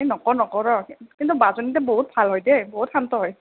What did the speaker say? এই নকওঁ নকওঁ ৰ কিন্তু বাজনী যে বহুত ভাল হয় দে বহুত শান্ত হয়